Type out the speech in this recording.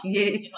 Yes